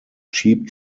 cheap